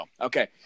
Okay